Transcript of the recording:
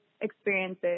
experiences